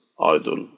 idol